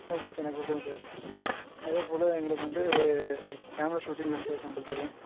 okay sir நான் கொடுத்தர்றேன் sir அதேப் போல எங்களுக்கு வந்து கேமரா ஷூட்டிங் வேணும் சார் கம்பல்சரி